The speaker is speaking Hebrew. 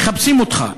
"מחפשים אותך".